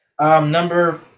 Number